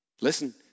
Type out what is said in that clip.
listen